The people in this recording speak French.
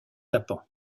apens